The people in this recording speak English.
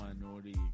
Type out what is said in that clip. minority